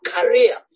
career